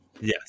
Yes